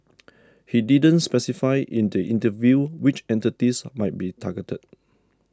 he didn't specify in the interview which entities might be targeted